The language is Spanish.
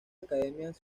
academias